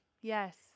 Yes